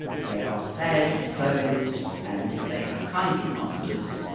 they are fed and clothed, and if they have kindly masters,